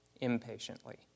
impatiently